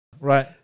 Right